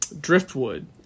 Driftwood